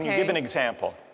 yeah give an example.